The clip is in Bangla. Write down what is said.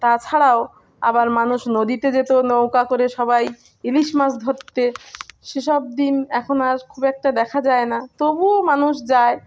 তাছাড়াও আবার মানুষ নদীতে যেত নৌকা করে সবাই ইলিশ মাছ ধরতে সেসব দিন এখন আর খুব একটা দেখা যায় না তবুও মানুষ যায়